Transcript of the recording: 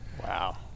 Wow